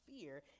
fear